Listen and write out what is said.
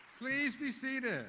please be seated.